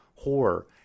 horror